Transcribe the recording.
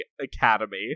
Academy